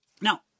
Now